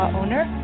owner